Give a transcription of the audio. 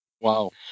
Wow